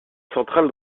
central